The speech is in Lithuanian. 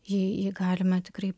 jį jį galima tikrai